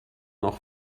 noch